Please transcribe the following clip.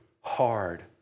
hard